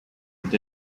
with